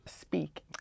speak